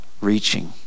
Reaching